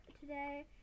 today